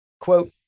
Quote